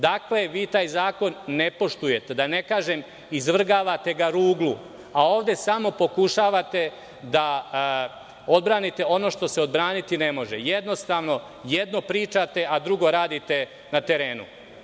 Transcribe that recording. Dakle, vi taj zakon ne poštujete, da ne kažem, izvrgavate ga ruglu, a ovde samo pokušavate da odbranite ono što se odbraniti ne može, jednostavno, jedno pričate, a drugo radite na terenu.